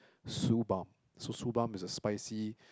Subalm so Subalm is a spicy